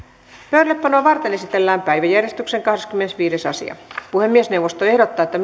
pöydällepanoa varten esitellään päiväjärjestyksen kahdeskymmenesviides asia puhemiesneuvosto ehdottaa että